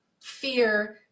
Fear